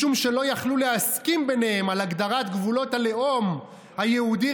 משום שלא יכלו להסכים ביניהם על הגדרת גבולות הלאום היהודי,